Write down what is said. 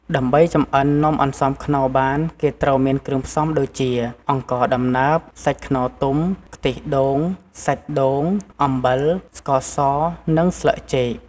ដើម្បីចម្អិននំអន្សមខ្នុរបានគេត្រូវមានគ្រឿងផ្សំដូចជា អង្ករដំណើប សាច់ខ្នុរទុំ ខ្ទិះដូង សាច់ដូង អំបិល ស្ករសនិងស្លឹកចេក។